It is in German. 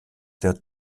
der